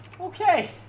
Okay